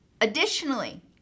additionally